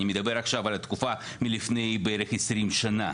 אני מדבר עכשיו על התקופה מלפני בערך עשרים שנה.